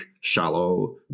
shallow